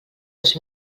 dos